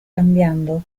cambiando